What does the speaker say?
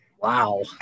Wow